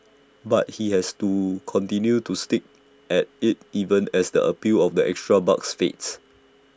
but he has to continued to stick at IT even as the appeal of the extra bucks fades